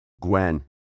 gwen